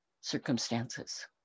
circumstances